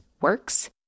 works